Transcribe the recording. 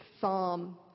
psalm